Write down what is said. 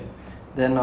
mm